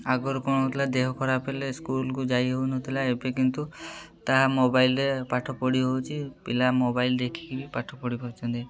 ଆଗରୁ କ'ଣ ହେଉଥିଲା ଦେହ ଖରାପ ହେଲେ ସ୍କୁଲ୍କୁ ଯାଇ ହେଉନଥିଲା ଏବେ କିନ୍ତୁ ତାହା ମୋବାଇଲ୍ରେ ପାଠପଢ଼ି ହେଉଛି ପିଲା ମୋବାଇଲ୍ ଦେଖିକି ବି ପାଠପଢ଼ି ପାରୁଛନ୍ତି